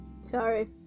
Sorry